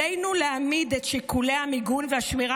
עלינו להעמיד את שיקולי המיגון והשמירה